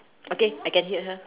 okay I can hear her